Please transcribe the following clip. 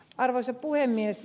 arvoisa puhemies